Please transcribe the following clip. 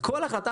תודה רבה אדוני.